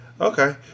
Okay